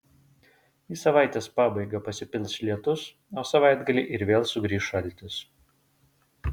į savaitės pabaigą pasipils lietus o savaitgalį ir vėl sugrįš šaltis